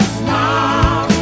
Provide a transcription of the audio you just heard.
smile